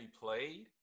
played